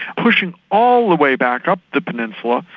pushing all the way back up the peninsula,